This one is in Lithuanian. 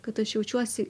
kad aš jaučiuosi